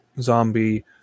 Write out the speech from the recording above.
zombie